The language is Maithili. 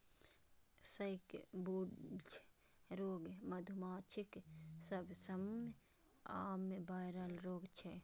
सैकब्रूड रोग मधुमाछीक सबसं आम वायरल रोग छियै